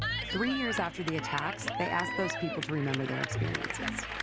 three years after the attacks, they asked those people to remember their experiences.